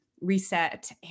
reset